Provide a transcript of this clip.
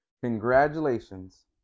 Congratulations